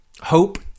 Hope